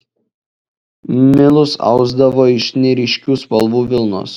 milus ausdavo iš neryškių spalvų vilnos